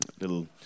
little